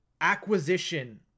acquisition